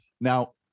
Now